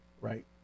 right